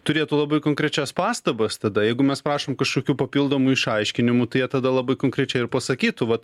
turėtų labai konkrečias pastabas tada jeigu mes prašom kažkokių papildomų išaiškinimų tai jie tada labai konkrečiai ir pasakytų vat